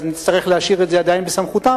אז נצטרך להשאיר את זה עדיין בסמכותם.